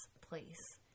place